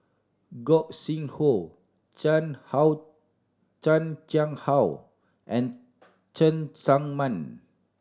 Gog Sing Hooi Chan How Chan Chang How and Cheng Tsang Man